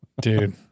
Dude